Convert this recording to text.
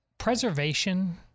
Preservation